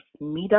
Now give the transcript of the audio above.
meetup